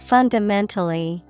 Fundamentally